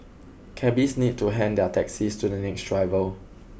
cabbies need to hand their taxis to the next driver